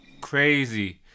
Crazy